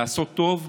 לעשות טוב,